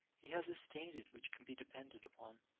he has a standard which can be depended upon.